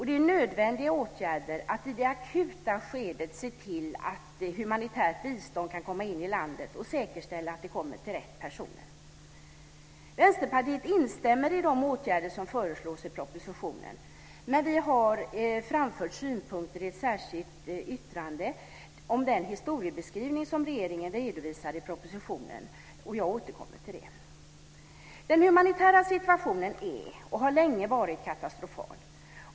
Det är nödvändiga åtgärder att i det akuta skedet se till att humanitärt bistånd kan komma in i landet och säkerställa att det kommer till rätt personer. Vänsterpartiet instämmer i de åtgärder som föreslås i propositionen. Men vi har framfört synpunkter i ett särskilt yttrande om den historiebeskrivning som regeringen redovisar i propositionen. Jag återkommer till det. Den humanitära situationen är och har länge varit katastrofal.